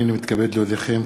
אני מתכבד להודיעכם,